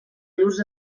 llurs